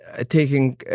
taking